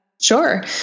Sure